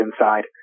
inside